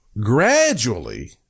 gradually